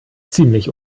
ziemlich